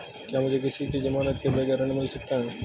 क्या मुझे किसी की ज़मानत के बगैर ऋण मिल सकता है?